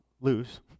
lose